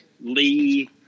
Lee